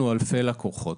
יש לנו אלפי לקוחות,